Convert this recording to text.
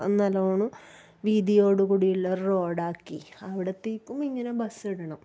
നല്ലോണം വീതിയോട് കൂടിയുള്ള റോഡാക്കി അവിടുത്തേക്കും ഇങ്ങനെ ബസ്സിടണം